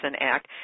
Act